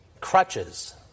crutches